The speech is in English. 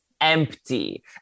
empty